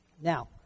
Now